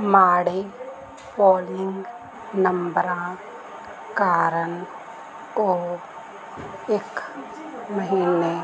ਮਾੜੇ ਪੋਲਿੰਗ ਨੰਬਰਾਂ ਕਾਰਨ ਉਹ ਇੱਕ ਮਹੀਨੇ